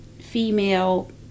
female